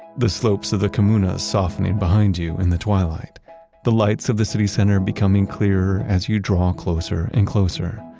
the slopes of the comuna softening behind you in the twilight the lights of the city center becoming clearer as you draw closer and closer.